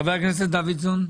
חבר הכנסת דוידסון.